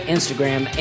Instagram